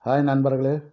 hi நண்பர்களே